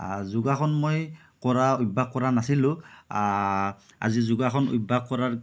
যোগাসন মই কৰা অভ্যাস কৰা নাছিলোঁ আজি যোগাসন অভ্যাস কৰাৰ